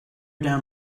down